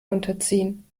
unterziehen